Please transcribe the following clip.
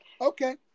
okay